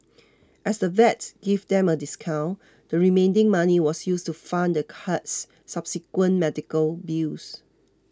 as the vet gave them a discount the remaining money was used to fund the cat's subsequent medical bills